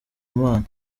mana